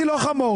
אני לא חמור.